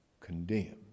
condemned